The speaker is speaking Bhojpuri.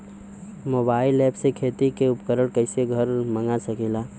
मोबाइल ऐपसे खेती के उपकरण कइसे घर मगा सकीला?